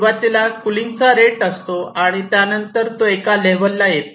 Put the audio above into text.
सुरवातीला कूलिंगचा रेट असतो त्यानंतर तो एका लेवल ला येतो